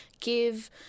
give